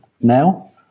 now